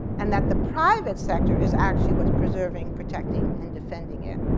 and that the private sector is actually what's preserving, protecting, and defending it.